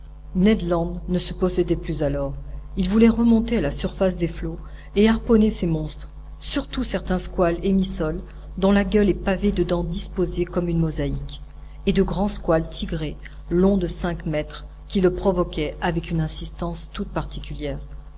land ne se possédait plus alors il voulait remonter à la surface des flots et harponner ces monstres surtout certains squales émissoles dont la gueule est pavée de dents disposées comme une mosaïque et de grands squales tigrés longs de cinq mètres qui le provoquaient avec une insistance toute particulière